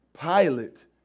Pilate